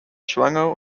schwanger